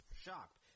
shocked